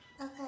Okay